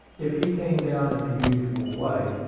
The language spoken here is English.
if he came down in the usual way,